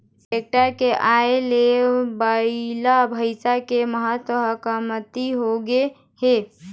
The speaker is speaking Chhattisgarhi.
टेक्टर के आए ले बइला, भइसा के महत्ता ह कमती होगे हे